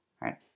Right